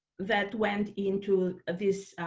that went into this